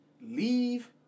Leave